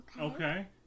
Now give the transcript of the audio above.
okay